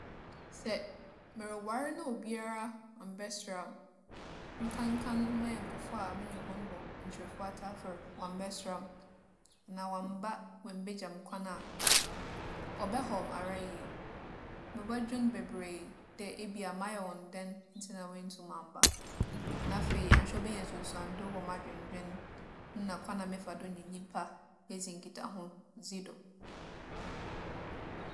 Sɛ morowar na obiara ammbɛsera me, nkanka nye m'anyɛnkofo a menye hͻn bͻ nkyirefuwa tafer wͻammbɛsera me anaa wͻammba woemmbegya me kwan a, ͻbɛhaw me ara yie. Mobͻdwen beberee dɛ ebia mayɛ hͻn dɛn ntsi na woenntum ammba. Na afei, annhwɛ a obenya nsunsuando wͻ m'adwendwen nna kwan a mefa do nye nyimpa dzi nkitahodzi do.